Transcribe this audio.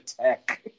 Tech